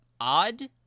odd